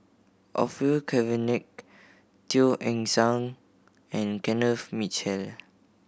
Orfeur Cavenagh Teo Eng Seng and Kenneth Mitchell